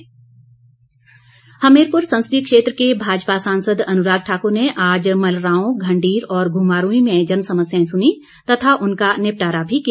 अनुराग ठाकुर हमीरपुर संसदीय क्षेत्र के भाजपा सांसद अनुराग ठाकुर ने आज मलराओं घंडीर और घुमारवीं में जनसमस्याएं सुनीं तथा उनका निपटारा भी किया